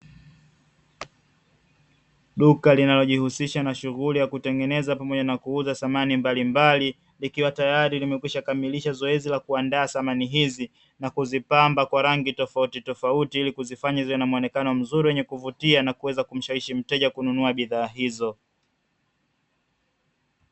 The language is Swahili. Duka linalojihusisha na Shughuli ya kutengeneza na kuuza samani mbalimbali, likiwa limekwisha kukamilisha zoezi la kuandaa samani hizi na kuzipamba kwa rangi tofautitofauti, ili kuzifanya ziwe na muonekano mzuri wenye kuvutia ili kumfanya mteja aweze kununua bidhaa hizo.